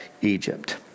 Egypt